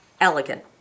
elegant